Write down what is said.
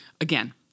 again